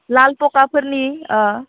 लाल फखा फोरनि